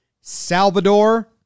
Salvador